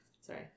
Sorry